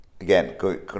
again